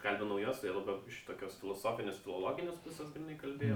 kalbinau juos tai jie labiau iš tokios filosofinės filologinės pusės grynai kalbėjo